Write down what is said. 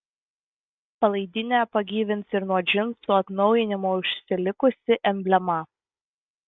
palaidinę pagyvins ir nuo džinsų atnaujinimo užsilikusi emblema